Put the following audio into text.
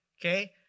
okay